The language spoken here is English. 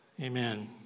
Amen